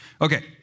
Okay